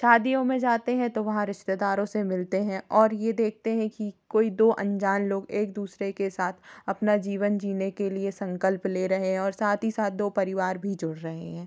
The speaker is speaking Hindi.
शादियों में जाते हैं तो वहाँ रिश्तेदारों से मिलते हैं और ये देखते हैं कि कोई दो अनजान लोग एक दूसरे के साथ अपना जीवन जीने के लिए संकल्प ले रहे हैं और साथ ही साथ दो परिवार भी जुड़ रहे हैं